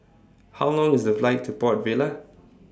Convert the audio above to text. How Long IS The Flight to Port Vila